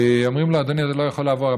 ואומרים לו: אדוני, אתה לא יכול לעבור.